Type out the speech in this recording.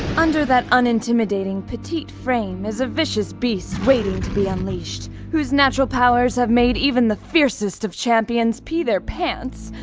under that unintimidating petite frame is a vicious beast waiting to be unleashed, whose natural powers have made even the fiercest of champions pee their pants,